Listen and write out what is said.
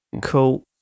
Cool